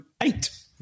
eight